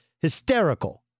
hysterical